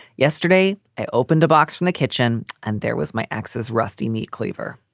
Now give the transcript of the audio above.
yesterday i opened a box from the kitchen and there was my access rusty meat cleaver.